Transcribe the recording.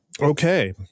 okay